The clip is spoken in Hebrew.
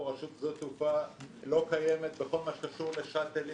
מרשות שדות התעופה לא קיימת בכל מה שקשור לשאטלים,